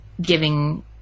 giving